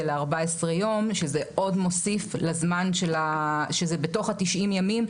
ל-14 יום שזה מוסיף עוד לזמן שזה בתוך ה-90 ימים,